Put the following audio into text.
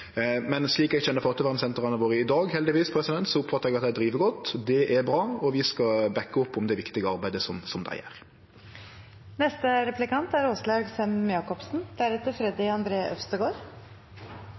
i dag, oppfattar eg at dei driv godt, heldigvis. Det er bra, og vi skal bakke opp det viktige arbeidet som dei gjer. Jeg er